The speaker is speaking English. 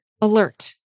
alert